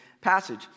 passage